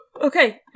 Okay